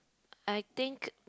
I think